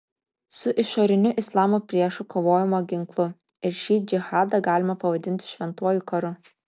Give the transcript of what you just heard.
su išoriniu islamo priešu kovojama ginklu ir šį džihadą galima pavadinti šventuoju karu